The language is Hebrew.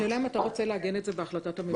השאלה אם אתה רוצה לעגן את זה בהחלטת הממשלה.